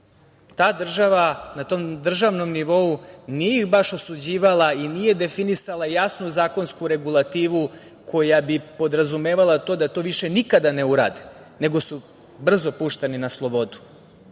ta država na tom državnom nivou nije ih baš osuđivala i nije definisala jasnu zakonsku regulativu koja bi podrazumevala to da to više nikada ne urade, nego su brzo pušteni na slobodu. Zato